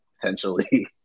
potentially